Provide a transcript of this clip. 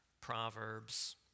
Proverbs